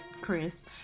Chris